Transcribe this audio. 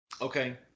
Okay